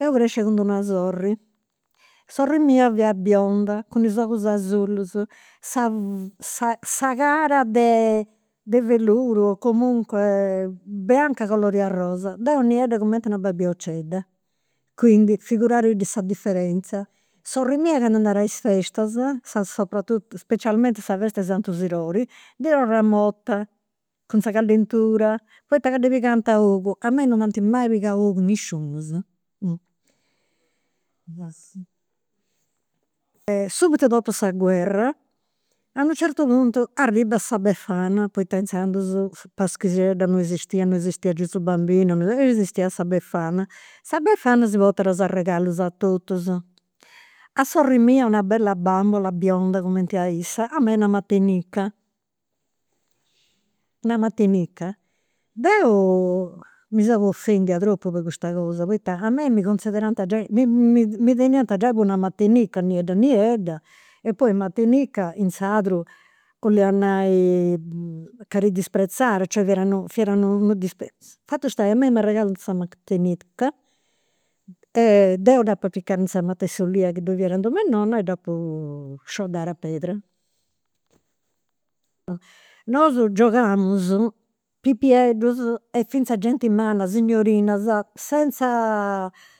Seu crescia cun d'una sorri. Sorri mia fiat bionda cun is ogus azullus, sa sa cara de de veludu, comunque bianca color'e arrosa. Deu niedda cumenti una babiocedda, quindi figuradì sa diferenza. Sorri mia candu andat a is festas, specialmente sa festa de santu Sidori, ndi torrat morta, cun sa callentura, poita ca ddi pigant ogu. A mei non m'ant mai pigau ogu nisciunus. Subito dopo sa guerra, a unu certu puntu arribat sa befana, poita inzandus paschixedda non esistiat, non esistiat gesù bambino, esistiat sa befana. Sa befana si portat is arregallus a totus, a sorri mia una bella bambula bionda cumenti a issa. A mei una mantinica, una mantinica. Deu mi seu tropu po custa cosa, poita a mei mi considerant giai, mi teniant giai po una mantinica, niedda niedda. E poi mantinica, in sardu, 'olliat nai ca ti disprezat, cioè ca fiat unu disprezu. Fatu stà chi a mei m'arregallant sa, deu dd'apu apicat a sa mat'e s'olia chi ddoi fiat in dom'e nonna e dd'apu scioddada a perda. Nosu giogamus, pipieddus e finzas genti manna, signorinas, senza